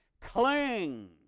Cling